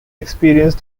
experience